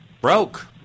broke